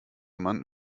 man